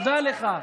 תודה לך.